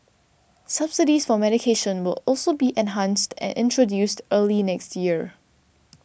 subsidies for medication will also be enhanced and introduced early next year